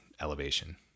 elevation